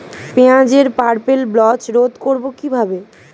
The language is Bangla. পেঁয়াজের পার্পেল ব্লচ রোধ করবো কিভাবে?